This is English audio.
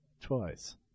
twice